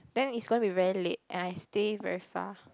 then is going to be very late and I stay very far